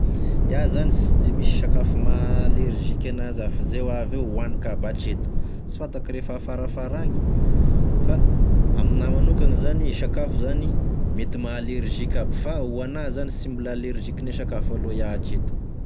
Iah zany sy de misy sakafo maha alerziky ena za fa ze avy eo hohaniko aby atreto sy fantako refa afarafara agny fa aminah magnokagny zany e sakafo zany mety maha alerzik'aby fa ho anahy zany sy mbola alerzikine sakafo aloa iaho atreto.